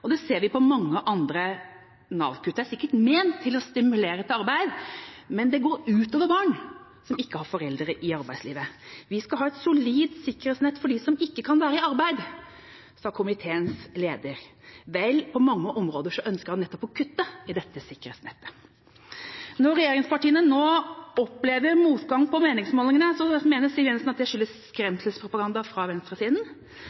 og det ser vi på mange andre Nav-kutt. Det er sikkert ment å stimulere til arbeid, men det går ut over barn som ikke har foreldre i arbeidslivet. Vi skal ha et solid sikkerhetsnett for dem som ikke kan være i arbeid, sa komiteens leder. Vel, på mange områder ønsker han nettopp å kutte i dette sikkerhetsnettet. Når regjeringspartiene nå opplever motgang på meningsmålingene, mener Siv Jensen at det skyldes